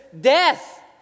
death